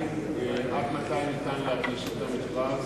עד מתי ניתן להגיש את המכרז?